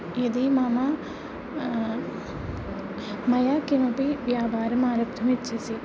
यदि मम मया किमपि व्यापारम् आरब्धुमिच्छसि